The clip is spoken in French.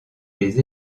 les